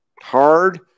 hard